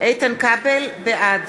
בעד